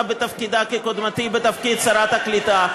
בתפקידה כקודמתי בתפקיד שרת העלייה והקליטה,